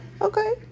Okay